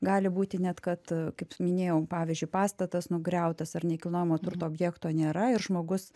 gali būti net kad kaip minėjau pavyzdžiui pastatas nugriautas ar nekilnojamo turto objekto nėra ir žmogus